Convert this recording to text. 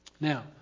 Now